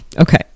okay